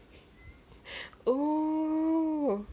oh